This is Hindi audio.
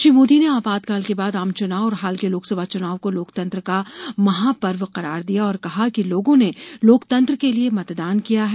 श्री मोदी ने आपातकाल के बाद आम चुनाव और हाल के लोकसभा चुनाव को लोकतंत्र का महापर्व करार दिया और कहा कि लोगों ने लोकतंत्र के लिये मतदान किया है